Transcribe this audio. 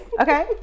okay